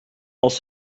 als